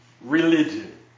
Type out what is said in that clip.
religion